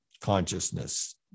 consciousness